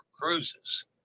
cruises